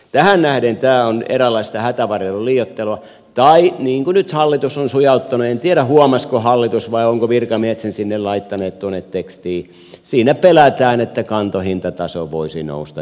tähän nähden tämä on eräänlaista hätävarjelun liioittelua tai niin kuin nyt hallitus on sujauttanut en tiedä huomasiko hallitus vai ovatko virkamiehet sen laittaneet tuonne tekstiin siinä pelätään että kantohintataso voisi nousta jossakin tapauksessa